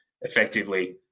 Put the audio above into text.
Effectively